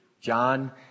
John